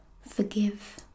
forgive